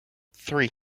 three